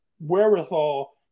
wherewithal